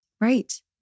Right